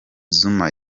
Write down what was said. zuma